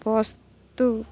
ବସ୍ତୁ